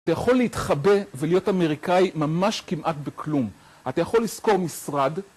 אתה יכול להתחבא ולהיות אמריקאי ממש כמעט בכלום. אתה יכול לזכור משרד.